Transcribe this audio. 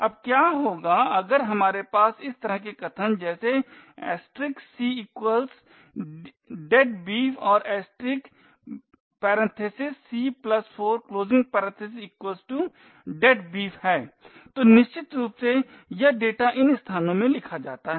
अब क्या होगा अगर हमारे पास इस तरह के कथन जैसे यह c deadbeef और c 4 deadbeef हैं तो निश्चित रूप से यह डेटा इन स्थानों में लिखा जाता है